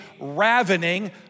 ravening